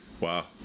Wow